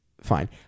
fine